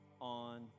on